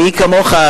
מי כמוך,